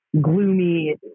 Gloomy